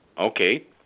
Okay